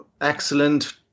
excellent